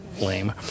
Lame